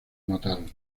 mataron